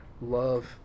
love